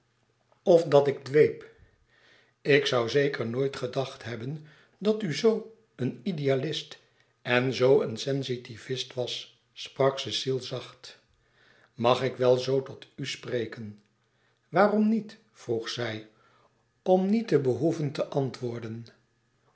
of dat ik dweep ik zoû zeker nooit gedacht hebben dat u zoo een idealist en zoo een sensitivist was sprak cecile zacht mag ik wel zoo tot u spreken waarom niet vroeg zij om niet te behoeven te antwoorden